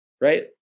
right